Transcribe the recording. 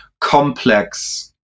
complex